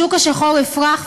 השוק השחור יפרח,